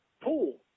pool